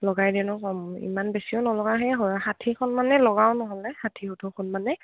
লগাই দিিনো কম ইমান বেছিও নলা সেই হয় ষাঠিখন মানে লগাও নহ'লে ষাঠিওঠৰখন মানে